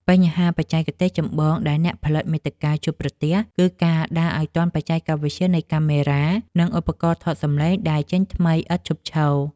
បញ្ហាបច្ចេកទេសចម្បងដែលអ្នកផលិតមាតិកាជួបប្រទះ គឺការដើរឱ្យទាន់បច្ចេកវិទ្យានៃកាមេរ៉ា និងឧបករណ៍ថតសម្លេងដែលចេញថ្មីឥតឈប់ឈរ។